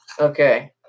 Okay